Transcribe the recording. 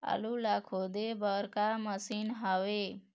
आलू ला खोदे बर का मशीन हावे?